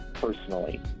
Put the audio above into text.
Personally